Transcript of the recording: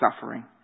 suffering